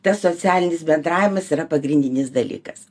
tas socialinis bendravimas yra pagrindinis dalykas